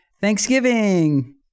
Thanksgiving